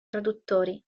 traduttori